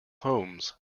holmes